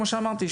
כמו שאמרתי,